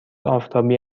آفتابی